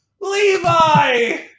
levi